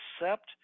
accept